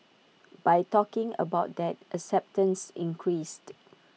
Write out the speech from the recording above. by talking about that acceptance increased